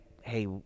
hey